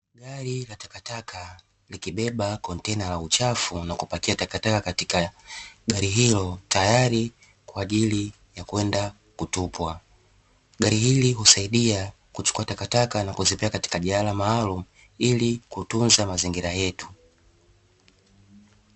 Gari la takataka likibeba kontena la uchafu na kupakia takataka katika gari hilo tayari kwa ajili ya kwenda kutupwa, gari hili husaidia kuchukua takataka na kuzipeleka katika jalala maalumu ili kutunza mazingira yetu.